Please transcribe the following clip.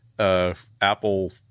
Apple